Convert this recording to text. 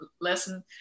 lesson